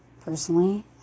Personally